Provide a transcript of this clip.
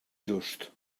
just